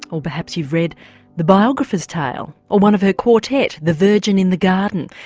or perhaps you've read the biographer's tale or one of her quartet, the virgin in the garden,